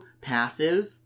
passive